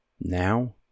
Now